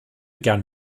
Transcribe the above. gern